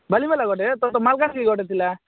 ବାଲିମେଳା ଗୋଟେ ତୋର ତ ମାଲକାନାଗିରି ଗୋଟେ ଥିଲା